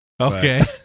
Okay